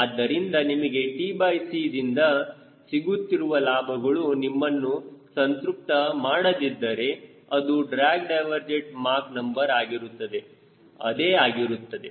ಆದ್ದರಿಂದ ನಿಮಗೆ tc ದಿಂದ ಸಿಗುತ್ತಿರುವ ಲಾಭಗಳು ನಿಮ್ಮನ್ನು ಸಂತೃಪ್ತ ಮಾಡದಿದ್ದರೆ ಅದು drag divergent mark number ಆಗಿರುತ್ತದೆ ಅದೇ ಆಗಿರುತ್ತದೆ